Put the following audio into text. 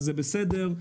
זה בסדר,